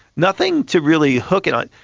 nothing to really hook it on,